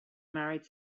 married